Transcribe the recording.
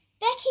Becky